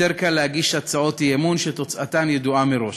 יותר קל להגיש הצעות אי-אמון שתוצאתן ידועה מראש,